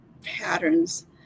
patterns